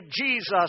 Jesus